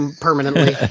Permanently